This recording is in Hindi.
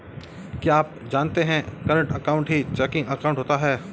क्या आप जानते है करंट अकाउंट ही चेकिंग अकाउंट होता है